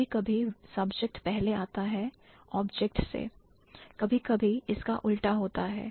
कभी कभी subject पहले आता है object जिसे कभी कभी इसका उल्टा होता है